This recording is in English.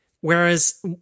whereas